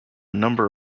number